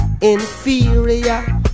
Inferior